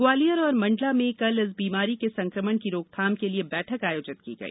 ग्वालियर और मंडला में कल इस बीमारी के संकमण की रोकथाम के लिए बैठक आयोजित की गई